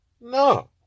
No